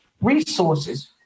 resources